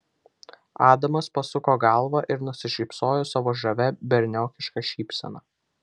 adamas pasuko galvą ir nusišypsojo savo žavia berniokiška šypsena